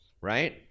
Right